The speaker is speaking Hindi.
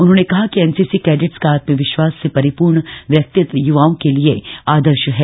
उन्होंने कहा कि एनसीसी कैडेट्स का आत्मविश्वास से परिपूर्ण व्यक्तित्व य्वाओं के लिये आदर्श है